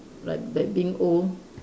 like that being old